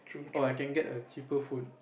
or I can get a cheaper phone